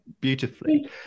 beautifully